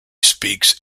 speaks